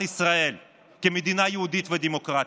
הוא לא מחזק את מדינת ישראל כמדינה יהודית ודמוקרטית.